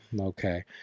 Okay